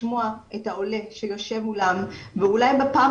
לשמוע את העולה שיושב מולם ואולי בפעם